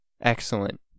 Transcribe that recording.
excellent